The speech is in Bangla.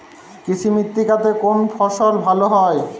কৃষ্ণ মৃত্তিকা তে কোন ফসল ভালো হয়?